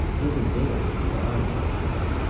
little bilham had lied like one.